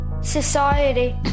Society